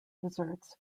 desserts